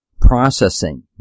processing